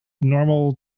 normal